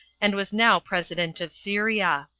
and was now president of syria.